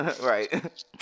Right